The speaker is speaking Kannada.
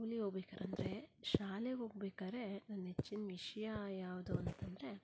ಸ್ಕೂಲಿಗೆ ಹೋಗ್ಬೇಕಾರಂದ್ರೆ ಶಾಲೆಗೆ ಹೋಗ್ಬೇಕಾದ್ರೆ ನನ್ನ ನೆಚ್ಚಿನ ವಿಷಯ ಯಾವುದು ಅಂತಂದರೆ